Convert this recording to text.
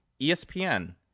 ESPN